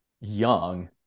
young